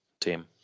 team